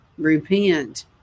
repent